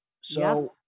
so-